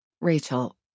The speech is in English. Rachel